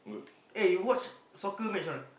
eh you watch soccer match or not